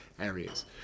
areas